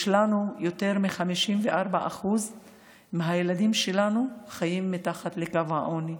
יש יותר מ-54% מהילדים שלנו שחיים מתחת לקו העוני.